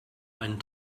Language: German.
einen